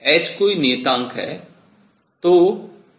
h कोई नियतांक है